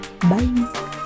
bye